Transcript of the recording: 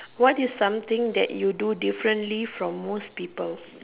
what is something that you do differently from most people